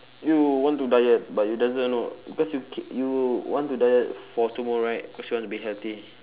you want to diet but you doesn't know because you k~ you want to diet for tomorrow right cause you want to be healthy